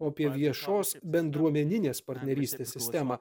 o apie viešos bendruomeninės partnerystės sistemą